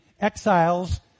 exiles